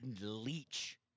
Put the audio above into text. leech